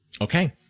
Okay